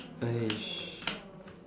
!hais!